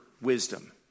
wisdom